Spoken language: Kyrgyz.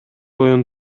оюн